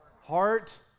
heart